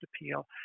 appeal